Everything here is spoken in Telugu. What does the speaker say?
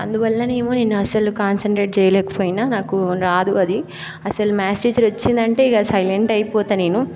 అందువల్లనేమో నేను అసలు కాన్సన్ట్రేట్ చేయలేకపోయినా నాకు రాదు అది అసలు మ్యాథ్స్ టీచర్ వచ్చిందంటే ఇక సైలెంట్ అయిపోతాను నేను